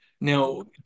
now